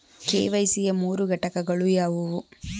KYC ಯ ಮೂರು ಘಟಕಗಳು ಯಾವುವು?